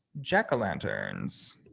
jack-o'-lanterns